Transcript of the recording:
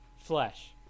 Flesh